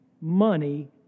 money